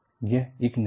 यह एक नहीं है